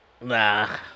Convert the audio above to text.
Nah